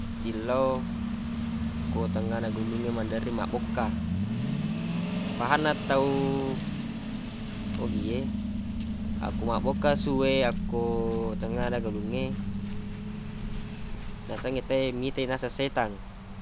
Ti lo ko tengnga na galungng maderri mabbokka pahanna tau ogi e akko mabbokka asu e akko tengnga na galungnge nasengnge te mita naseng setang